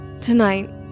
Tonight